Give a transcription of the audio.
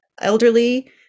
elderly